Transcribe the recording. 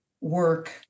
work